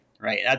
Right